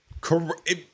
Correct